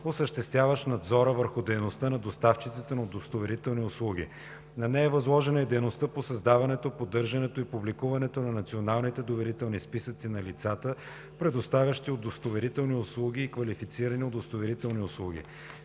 осъществяващ надзора върху дейността на доставчиците на удостоверителни услуги. На нея е възложена и дейността по създаването, поддържането и публикуването на националните доверителни списъци на лицата, предоставящи удостоверителни услуги и квалифицирани удостоверителни услуги.